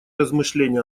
размышления